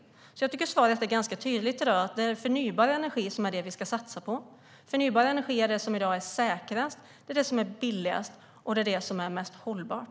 Jag tycker alltså att svaret är ganska tydligt: Det är förnybar energi vi ska satsa på. Förnybar energi är det som i dag är säkrast, billigast och mest hållbart.